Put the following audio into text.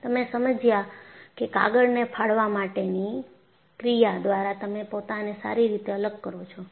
તમે સમજ્યા કે કાગળને ફાડવા માટેની ક્રિયા દ્વારા તમે પોતાને સારી રીતે અલગ કરો છો